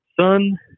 son